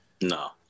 No